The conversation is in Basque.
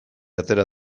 atera